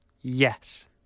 Yes